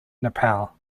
nepal